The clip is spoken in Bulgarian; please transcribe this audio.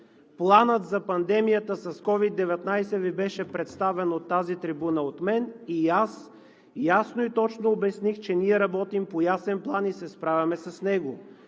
Планът за пандемията с COVID-19 Ви беше представен от тази трибуна от мен и аз ясно и точно обясних, че ние работим по ясен план и се справяме с него.